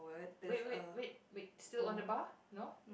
wait wait wait wait still on the bar no